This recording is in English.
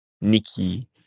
Nikki